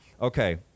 Okay